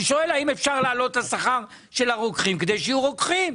האם אפשר להעלות את השכר של הרוקחים כדי שיהיו רוקחים?